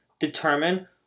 determine